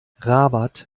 rabat